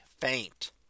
faint